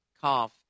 cough